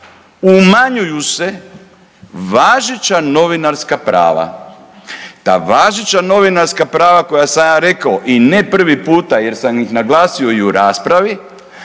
umanjuju se važeća novinarska prava, ta važeća novinarska prava koja sam ja rekao i ne prvi puta jer sam ih naglasio i u raspravi,